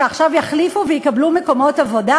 שעכשיו יחליפו ויקבלו מקומות עבודה?